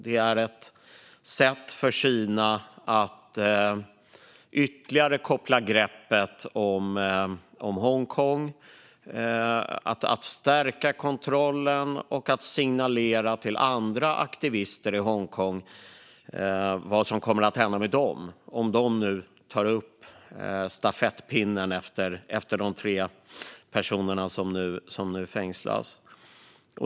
Det är ett sätt för Kina att ytterligare koppla greppet om Hongkong, stärka kontrollen och signalera till andra aktivister i Hongkong vad som kommer att hända med dem om de tar upp stafettpinnen efter de tre personer som nu fängslas.